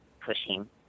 pushing